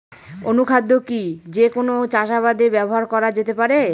অনুখাদ্য কি যে কোন চাষাবাদে ব্যবহার করা যেতে পারে?